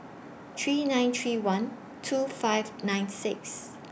three nine three one two five nine six